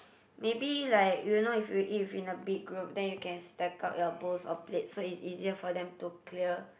maybe like you know if you eat in a big group then you can stack up your bowls or plate so it's easier for them to clear